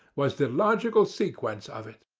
was the logical sequence of it.